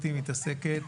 מתעסקת